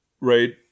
right